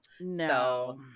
no